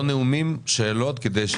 לא לשאת נאומים, לשאול שאלות